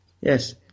Yes